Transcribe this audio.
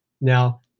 Now